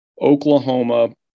Oklahoma –